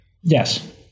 yes